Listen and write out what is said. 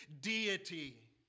deity